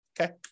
Okay